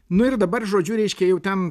nu ir dabar žodžiu reiškia jau ten